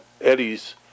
Eddie's